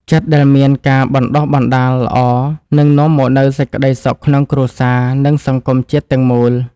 ចិត្តដែលមានការបណ្តុះបណ្តាលល្អនឹងនាំមកនូវសេចក្តីសុខក្នុងគ្រួសារ និង ក្នុងសង្គមជាតិទាំងមូល។